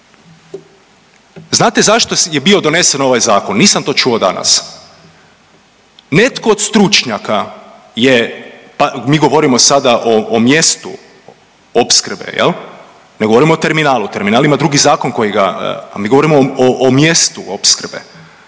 Znate zašto je bio donesen ovaj zakon? Nisam to čuo danas. Netko od stručnjaka je, mi govorimo sada o mjestu opskrbe, ne govorimo o terminalu. Terminal ima drugi zakon koji ga, mi govorimo o mjestu opskrbe.